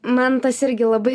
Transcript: man tas irgi labai